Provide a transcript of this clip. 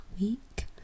week